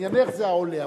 עניינך זה העולה,